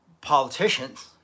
politicians